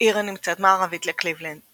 עיר הנמצאת מערבית לקליבלנד,